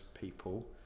people